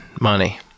money